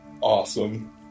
Awesome